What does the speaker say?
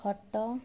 ଖଟ